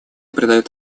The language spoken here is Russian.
придает